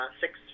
six